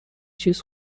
چیز